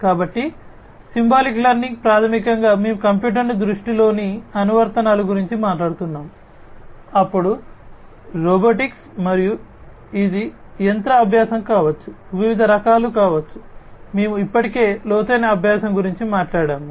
కాబట్టి symbolic learning ప్రాథమికంగా మేము కంప్యూటర్ దృష్టిలోని అనువర్తనాల గురించి మాట్లాడుతున్నాము అప్పుడు రోబోటిక్స్ మరియు ఇది యంత్ర అభ్యాసం కావచ్చు వివిధ రకాలు కావచ్చు మేము ఇప్పటికే లోతైన అభ్యాసం గురించి మాట్లాడాము